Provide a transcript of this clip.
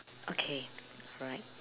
okay alright